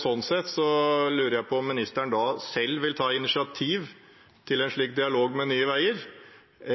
Sånn sett lurer jeg på om ministeren selv vil ta initiativ til en slik dialog med Nye Veier,